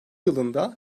yılında